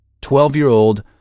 Twelve-year-old